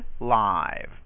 live